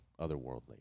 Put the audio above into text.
otherworldly